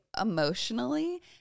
emotionally